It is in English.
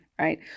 right